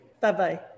Bye-bye